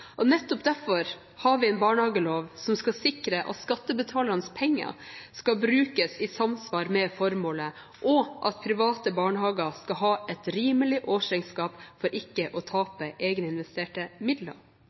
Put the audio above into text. Nettopp derfor har vi en barnehagelov, som skal sikre at skattebetalernes penger skal brukes i samsvar med formålet, og at private barnehager skal ha et rimelig årsregnskap for ikke å tape egeninvesterte midler.